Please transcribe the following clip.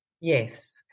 Yes